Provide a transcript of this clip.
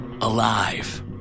alive